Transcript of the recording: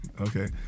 Okay